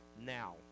Now